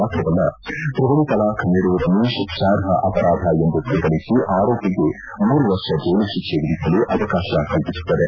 ಮಾತ್ರವಲ್ಲ ತ್ರಿವಳಿ ತಲಾಖ್ ನೀಡುವುದನ್ನು ಶಿಕ್ಸಾರ್ಹ ಅಪರಾಧ ಎಂದು ಪರಿಗಣಿಸಿ ಆರೋಪಿಗೆ ಮೂರು ವರ್ಷ ಜೈಲು ಶಿಕ್ಷೆ ವಿಧಿಸಲು ಅವಕಾಶ ಕಲ್ಪಿಸುತ್ತದೆ